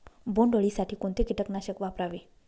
बोंडअळी साठी कोणते किटकनाशक वापरावे?